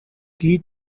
key